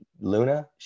Luna